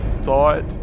thought